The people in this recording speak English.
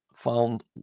found